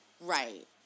Right